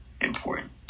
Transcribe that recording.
important